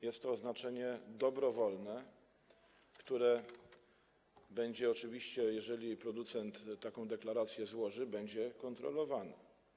Jest to oznaczenie dobrowolne, które oczywiście, jeżeli producent taką deklarację złoży, będzie kontrolowane.